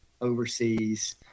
overseas